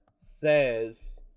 says